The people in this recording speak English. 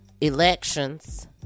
elections